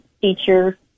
teacher